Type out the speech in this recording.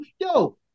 yo